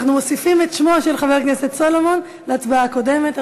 אנחנו מוסיפים את שמו של חבר הכנסת סולומון להצבעה הקודמת,